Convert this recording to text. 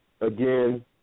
again